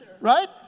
Right